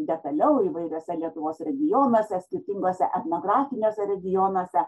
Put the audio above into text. detaliau įvairiuose lietuvos regionuose skirtinguose etnografiniuose regionuose